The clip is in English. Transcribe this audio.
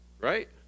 Right